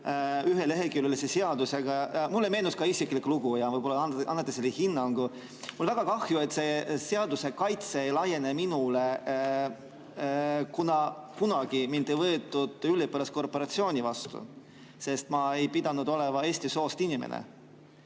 üheleheküljelise seadusega. Mulle meenus ka isiklik lugu, võib-olla annate sellele hinnangu. Mul on väga kahju, et see seaduse kaitse ei laiene minule, kuna kunagi mind ei võetud üliõpilaskorporatsiooni vastu, sest ma ei olevat eesti soost inimene.